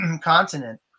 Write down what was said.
continent